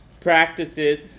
practices